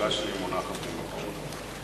השאלה שלי מונחת במקום אחר.